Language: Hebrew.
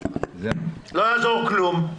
לא יעזור כלום.